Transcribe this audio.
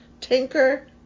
Tinker